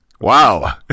Wow